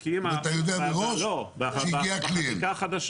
אתה יודע מראש שהגיע קליינט.